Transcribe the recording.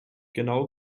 genau